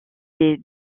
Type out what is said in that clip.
des